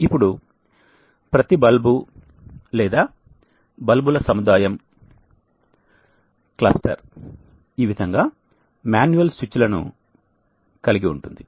ఇప్పుడు ప్రతి బల్బు లేదా బల్బుల సముదాయం క్లస్టర్ ఈ విధంగా మాన్యువల్ స్విచ్లను కలిగి ఉంది